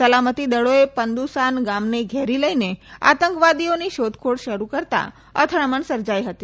સલામતી દળોએ પંદુસાન ગામને ઘેરી લઈને આતંકવાદીઓની શોધખોળ શરૂ કરતા અથડામણ સર્જાઈ હતી